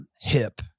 hip –